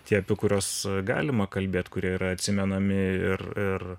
tie apie kuriuos galima kalbėt kurie yra atsimenami ir ir